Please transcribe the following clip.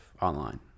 online